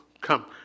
come